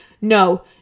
No